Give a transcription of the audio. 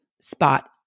spot